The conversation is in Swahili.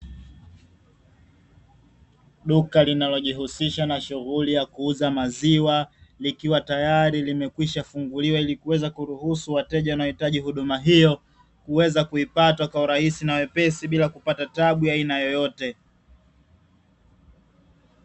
Duka linalojihusisha na shughuli ya kuuza maziwa likiwa tayari limekwishafunguliwa ili kuweza kuruhusu wateja wanaohitaji huduma hiyo kuweza kuipata kwa urahisi na wepesi bila kupata taabu ya aina yoyote.